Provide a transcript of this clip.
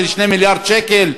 על 2 מיליארד שקל,